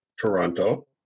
Toronto